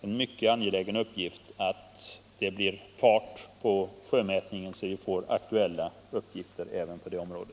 En mycket angelägen uppgift är att sätta fart på sjömätningen så att vi får aktuella uppgifter även på detta område.